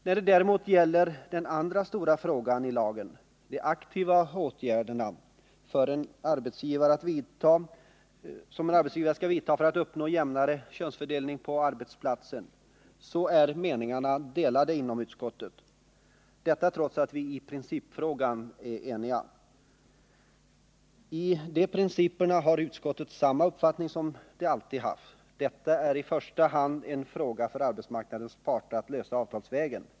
När det däremot gäller den andra stora frågan i lagen — de aktiva åtgärder som man vill ålägga en arbetsgivare att vidta för att uppnå jämnare könsfördelning på arbetsplatsen — är meningarna delade inom utskottet, trots att vi i principfrågan är eniga. I fråga om principerna har utskottet samma uppfattning som det alltid haft: Detta är i första hand en fråga för arbetsmarknadens parter att lösa avtalsvägen.